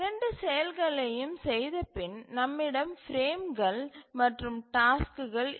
இந்த இரண்டு செயல்களையும் செய்தபின் நம்மிடம் பிரேம்கள் மற்றும் டாஸ்க்குகள்